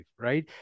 right